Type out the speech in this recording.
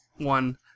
one